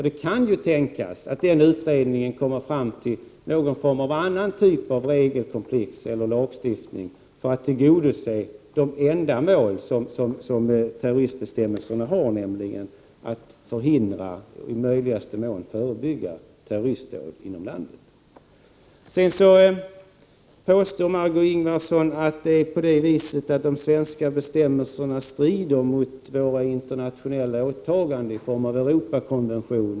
Det kan ju tänkas att utredningen kommer fram till någon annan typ av regelkomplex eller lagstiftning för att tillgodose de ändamål som terroristbestämmelserna har, nämligen att förhindra och i möjligaste mån förebygga terroristdåd inom landet.